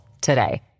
today